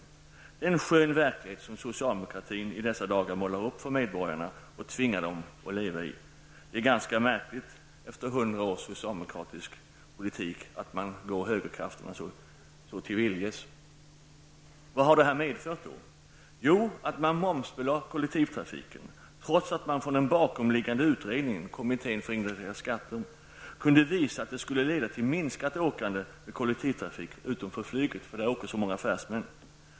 Det är en skön verklighet som socialdemokratin i dessa dagar målar upp för medborgarna och tvingar dem att leva i. Det är ganska märkligt att man efter 100 års socialdemokratisk politik går högerkrafterna så till viljes. Vad har det här medfört? Det har för det första medfört att man momsbelade kollektivtrafiken trots att man från den bakomliggande utredningen kunde visa att det skulle leda till minskat åkande med kollektivtrafik utom för flyget, som används av många affärsmän.